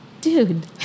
dude